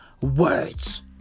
words